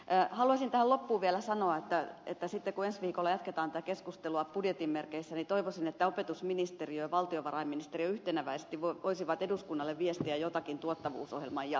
haluaisin tähän loppuun vielä sanoa että sitten kun ensi viikolla jatketaan tätä keskustelua budjetin merkeissä toivoisin että opetusministeriö ja valtiovarainministeriö yhteneväisesti voisivat eduskunnalle viestiä jotakin tuottavuusohjelman jatkosta